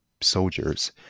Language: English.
soldiers